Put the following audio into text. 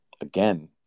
again